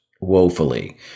woefully